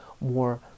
more